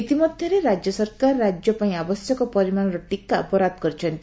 ଇତିମଧ୍ଘରେ ରାଜ୍ୟ ସରକାର ରାଜ୍ୟ ପାଇଁ ଆବଶ୍ୟକ ପରିମାଶର ଟିକା ବରାଦ କରିଛନ୍ତି